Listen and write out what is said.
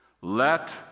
let